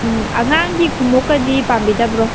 ꯎꯝ ꯑꯉꯥꯡꯒꯤ ꯈꯣꯡꯎꯞꯀꯗꯤ ꯄꯥꯝꯕꯤꯗꯕ꯭ꯔꯣ